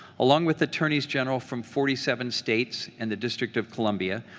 along with attorneys general from forty seven states and the district of columbia,